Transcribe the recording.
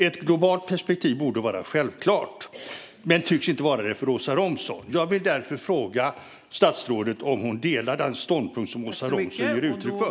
Ett globalt perspektiv borde vara självklart men tycks inte vara det för Åsa Romson. Jag vill därför fråga statsrådet om hon delar den ståndpunkt som Åsa Romson ger uttryck för.